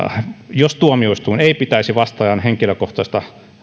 jos tuomioistuin ei pitäisi vastaajan henkilökohtaista